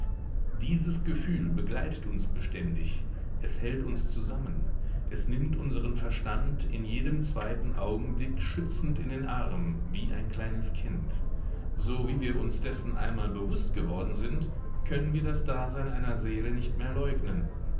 dieses gefühl begleitet uns beständig es hält uns zusammen es nimmt unseren verstand in jedem zweiten augenblick schützend in den arm wie ein kleines kind so wie wir uns dessen einmal bewußt geworden sind können wir das dasein einer seele nicht mehr leugnen